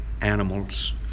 animals